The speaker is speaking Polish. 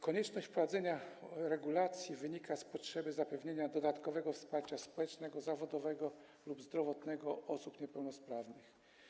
Konieczność wprowadzenia regulacji wynika z potrzeby zapewnienia dodatkowego wsparcia społecznego, zawodowego lub zdrowotnego osobom niepełnosprawnym.